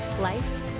life